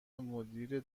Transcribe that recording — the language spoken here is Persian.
مدیر